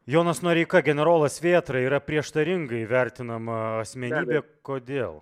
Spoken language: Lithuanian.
jonas noreika generolas vėtra yra prieštaringai vertinama asmenybė kodėl